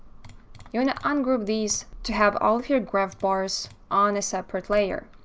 you want to ungroup these to have all of your graph bars on a separate layer.